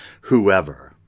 whoever